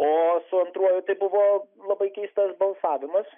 o su antruoju tai buvo labai keistas balsavimas